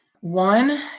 One